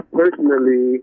personally